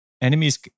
Enemies